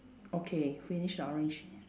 okay finish the orange